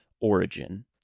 origin